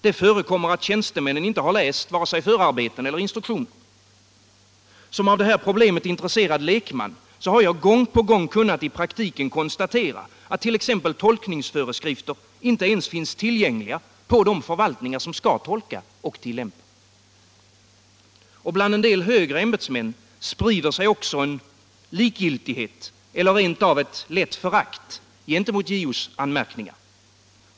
Det förekommer att tjän mäns ämbetsförstemännen inte har läst vare sig förarbeten eller instruktioner. Som av = valtning det här problemet intresserad lekman har jag gång på gång kunnat i praktiken konstatera att t.ex. tolkningsföreskrifter inte ens finns tillgängliga på de förvaltningar som skall tolka och tillämpa. Bland en del högre ämbetsmän sprider sig också en likgiltighet eller rent av ett lätt förakt gentemot JO:s anmärkningar.